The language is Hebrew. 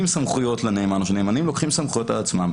סמכויות לנאמן או שנאמנים לוקחים סמכויות על עצמם,